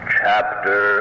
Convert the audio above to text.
chapter